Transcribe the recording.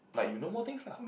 like you know more things lah